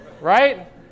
Right